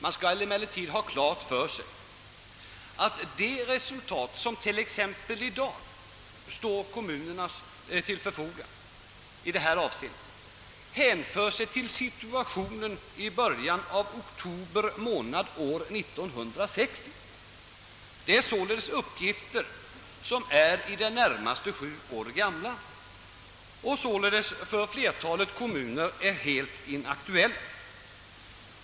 Man skall emellertid ha klart för sig att det räkningsresultat som i dag står kommunerna till buds avser situationen i början av oktober månad 1960. Det är således uppgifter som är i det närmaste sju år gamla och av den anledningen i flertalet kommuner helt inaktuella.